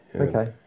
Okay